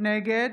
נגד